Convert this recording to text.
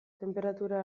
tenperatura